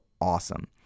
awesome